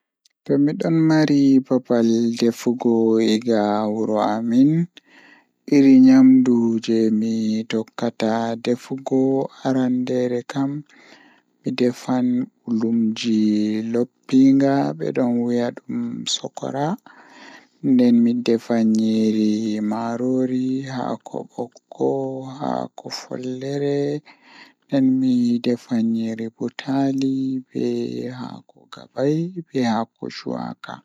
Kuugal jei mi ɓurɗaa yiɗuki haa rayuwa am Event ɗiɗi ko mi waɗi fi goɗɗum ngam heɓi ndiyam, mi waɗi nder ɗum sabu o yiɗi ko fi. Ko waɗi faama sabu o waɗi jaangol e ɓe njogii no feewi, waɗde nder konngol ngal mi yiɗi waɗde